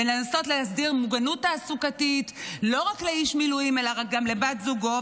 לנסות להסדיר מוגנות תעסוקתית לא רק לאיש מילואים אלא גם לבת זוגו,